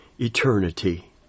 eternity